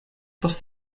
post